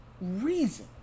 reason